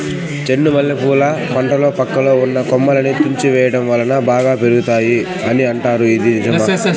చెండు మల్లె పూల పంటలో పక్కలో ఉన్న కొమ్మలని తుంచి వేయటం వలన బాగా పెరుగుతాయి అని అంటారు ఇది నిజమా?